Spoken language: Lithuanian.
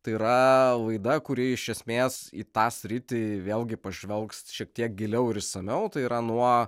tai yra laida kuri iš esmės į tą sritį vėlgi pažvelgs šiek tiek giliau ir išsamiau tai yra nuo